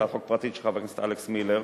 הצעת חוק פרטית של חבר הכנסת אלכס מילר.